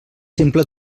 simple